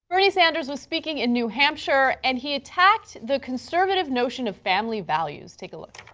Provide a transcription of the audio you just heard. bernie sanders was speaking in new hampshire, and he attacked the conservative notion of family values. take a look.